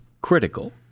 critical